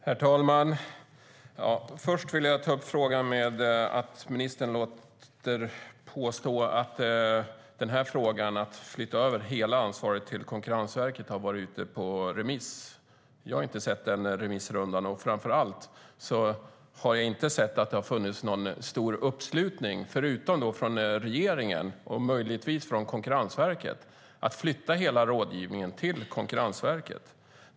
Herr talman! Först vill jag ta upp att ministern låter påskina att frågan om att flytta över hela ansvaret till Konkurrensverket har varit ute på remiss. Jag har inte sett den remissrundan. Framför allt har jag inte sett att det har funnits någon stor uppslutning kring att flytta hela rådgivningen till Konkurrensverket, utom från regeringen och möjligtvis verket.